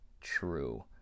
true